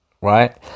right